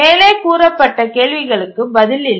மேலே கூறப்பட்ட கேள்விகளுக்கு பதில் இல்லை